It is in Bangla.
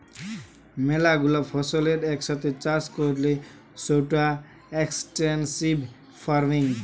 ম্যালা গুলা ফসলের এক সাথে চাষ করলে সৌটা এক্সটেন্সিভ ফার্মিং